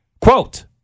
Quote